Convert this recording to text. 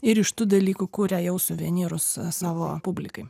ir iš tų dalykų kuria jau suvenyrus savo publikai